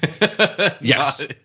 Yes